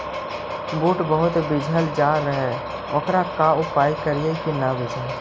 बुट बहुत बिजझ जा हे ओकर का उपाय करियै कि न बिजझे?